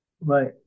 Right